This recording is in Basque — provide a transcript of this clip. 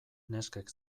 neskek